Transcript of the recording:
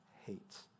hates